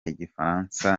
igifaransa